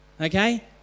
Okay